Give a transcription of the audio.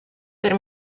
per